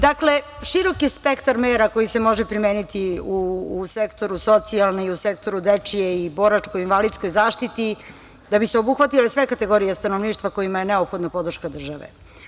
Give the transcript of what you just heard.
Dakle, širok je spektar mera koji se može primeniti u sektoru socijalne i u sektoru dečije i boračko-invalidskoj zaštiti da bi se obuhvatile sve kategorije stanovništva kojima je potrebna podrška države.